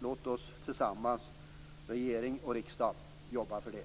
Låt oss tillsammans, regering och riksdag, jobba för det.